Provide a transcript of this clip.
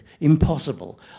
impossible